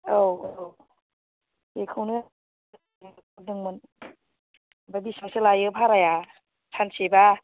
औ औ बेखौनो सोंहरदोंमोन ओमफ्राय बेसेबांसो लायो भाराया सानसेबा